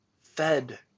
fed